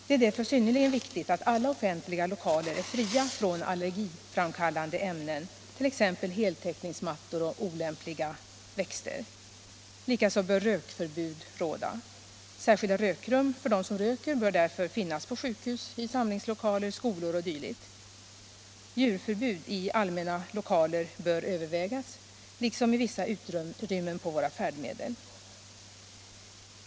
Det är därför synnerligen viktigt att alla offentliga — sjukdomar I lokaler är fria från allergiframkallande ämnen, varför man bör undvika t.ex. heltäckningsmattor och olämpliga växter. Likaså bör rökförbud råda. Särskilda rökrum för dem som röker bör därför finnas på sjukhus, i samlingslokaler, skolor o. d. Djurförbud i allmänna lokaler bör övervägas liksom i vissa utrymmen på våra färdmedel.